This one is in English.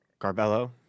Carbello